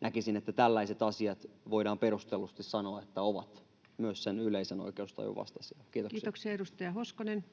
Näkisin, että voidaan perustellusti sanoa, että tällaiset asiat ovat myös sen yleisen oikeustajun vastaisia. — Kiitos. Kiitoksia. — Edustaja Hoskonen.